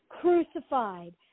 crucified